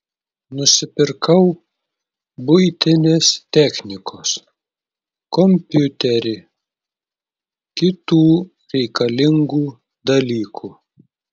nusipirkau buitinės technikos kompiuterį kitų reikalingų dalykų